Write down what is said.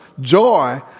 joy